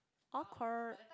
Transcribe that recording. awkward